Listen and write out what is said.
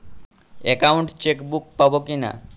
Account chequebook পাবো কি না?